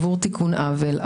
עבור תיקון עוול,